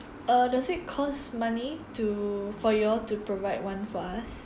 err does it costs money to for you all to provide one for us